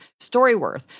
StoryWorth